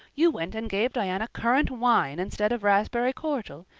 you went and gave diana currant wine instead of raspberry cordial.